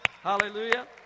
Hallelujah